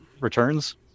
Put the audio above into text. returns